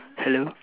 hello